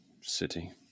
city